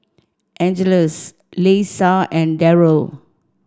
Angeles Leisa and Darryl